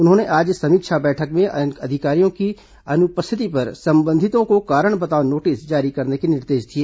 उन्होंने आज समीक्षा बैठक में कर्मचारियों की अनुपस्थिति पर संबंधितों को कारण बताओ नोटिस जारी करने के निर्देश दिए